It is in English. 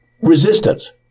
resistance